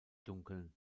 dunkeln